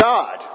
God